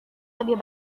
lebih